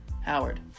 Howard